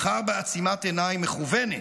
בחר בעצימת עיניים מכוונת.